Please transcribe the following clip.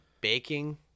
Baking